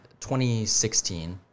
2016